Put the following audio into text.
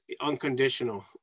unconditional